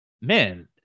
Man